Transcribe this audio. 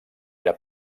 era